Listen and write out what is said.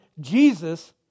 Jesus